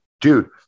dude